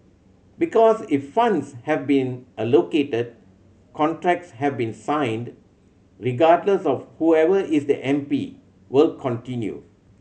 because if funds have been allocated contracts have been signed regardless of whoever is the M P will continue